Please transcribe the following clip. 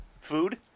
food